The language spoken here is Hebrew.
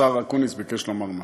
השר אקוניס ביקש לומר משהו.